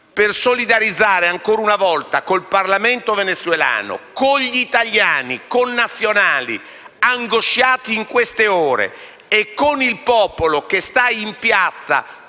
a solidarizzare, ancora una volta, con il Parlamento venezuelano, con gli italiani, connazionali, angosciati in queste ore, e con il popolo che sta in piazza